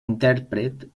intèrpret